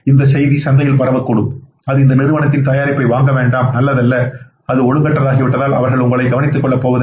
இந்தச் செய்தி சந்தையில் பரவக்கூடும் அது இந்த நிறுவனத்தின் தயாரிப்பை வாங்க வேண்டாம் அது நல்லதல்ல அது ஒழுங்கற்றதாகிவிட்டால் அவர்கள் உங்களை கவனித்துக் கொள்ளப் போவதில்லை